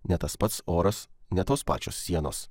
ne tas pats oras ne tos pačios sienos